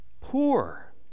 poor